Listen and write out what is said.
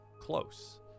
close